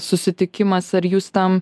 susitikimas ar jūs tam